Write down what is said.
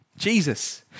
Jesus